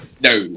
No